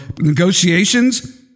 negotiations